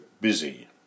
busy